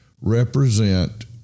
represent